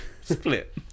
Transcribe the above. Split